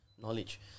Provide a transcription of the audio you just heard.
knowledge